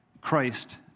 Christ